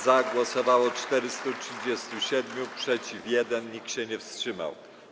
Za głosowało 437, przeciw - 1, nikt się nie wstrzymał.